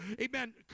Amen